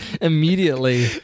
immediately